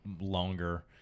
longer